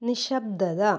നിശബ്ദത